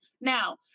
Now